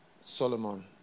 Solomon